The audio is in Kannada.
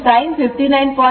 47 sin 59